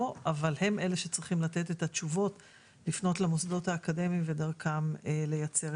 אנחנו סבלנו, עכשיו שהם יסבלו.